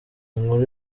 inkuru